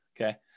Okay